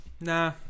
Nah